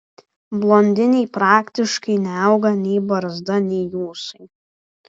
blondinei praktiškai neauga nei barzda nei ūsai